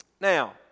Now